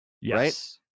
Yes